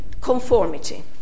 conformity